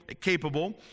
capable